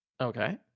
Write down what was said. Okay